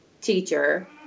teacher